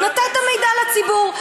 נתת מידע לציבור.